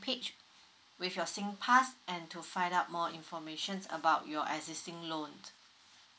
page with your singpass and to find out more information about your existing loan